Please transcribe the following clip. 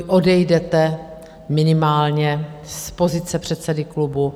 Odejdete minimálně z pozice předsedy klubu?